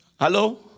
Hello